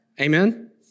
amen